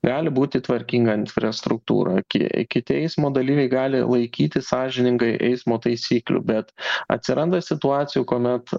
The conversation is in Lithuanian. gali būti tvarkinga infrastruktūra ki kiti eismo dalyviai gali laikytis sąžiningai eismo taisyklių bet atsiranda situacijų kuomet